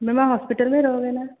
ma'am आप hospital में रहोगे न